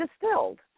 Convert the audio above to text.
distilled